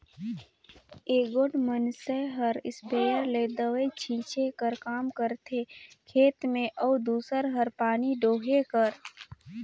एगोट मइनसे हर इस्पेयर ले दवई छींचे कर काम करथे खेत में अउ दूसर हर पानी डोहे कर